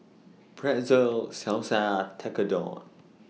Pretzel Salsa Tekkadon